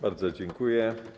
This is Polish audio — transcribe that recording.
Bardzo dziękuję.